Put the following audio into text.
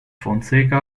fonseca